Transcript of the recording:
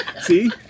See